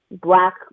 Black